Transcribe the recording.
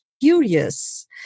Curious